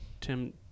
Tim